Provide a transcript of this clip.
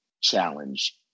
challenge